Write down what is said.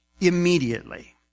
immediately